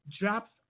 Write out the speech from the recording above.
drops